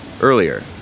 earlier